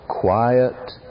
quiet